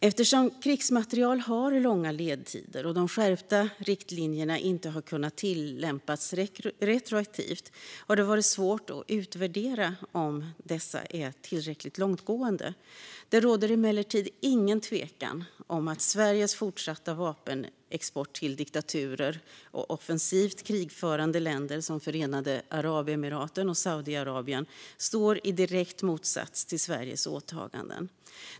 Eftersom krigsmateriel har långa ledtider och de skärpta riktlinjerna inte har kunnat tillämpas retroaktivt har det varit svårt att utvärdera om dessa är tillräckligt långtgående. Det råder emellertid ingen tvekan om att Sveriges fortsatta vapenexport till diktaturer och offensivt krigförande länder som Förenade Arabemiraten och Saudiarabien står i direkt motsats till Sveriges åtaganden.